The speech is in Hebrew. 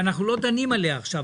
שאנחנו לא דנים עליה עכשיו,